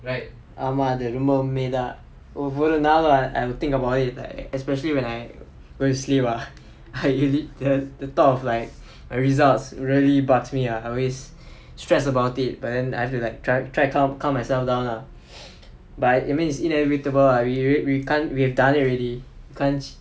ஆமா அது ரொம்ப உம்மைதா:aamaa athu romba ummaithaa I think about it like especially when I go and sleep ah I really the thought of like my results really bugs me lah always stress about it but then I've to like try try and calm myself lah but it's inevitable lah we can't we've done it already can't